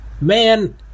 man